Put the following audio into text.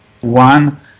one